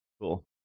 Cool